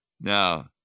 Now